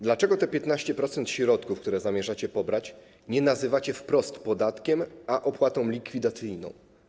Dlaczego te 15% środków, które zamierzacie pobrać, nazywacie nie wprost podatkiem, tylko opłatą likwidacyjną?